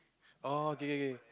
orh K K K